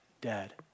dead